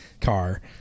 car